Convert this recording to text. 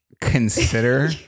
consider